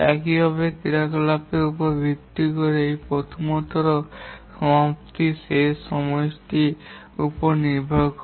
একইভাবে ক্রিয়াকলাপের উপর ভিত্তি করে এই প্রথমতম সমাপ্তির সময়টি শেষের সময়টির উপর নির্ভর করে